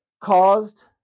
caused